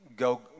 go